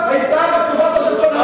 היו בתקופת השלטון המוסלמי בספרד,